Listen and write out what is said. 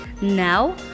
Now